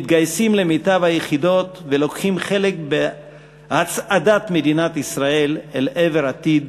מתגייסים למיטב היחידות ולוקחים חלק בהצעדת מדינת ישראל אל עבר עתיד